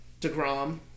DeGrom